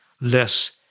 less